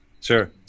Sure